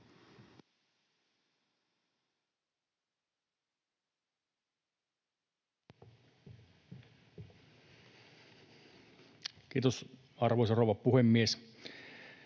Kiitos, arvoisa rouva puhemies!